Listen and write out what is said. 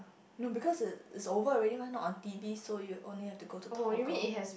no because it it's over already mah not on T_V so you only have to go to toggle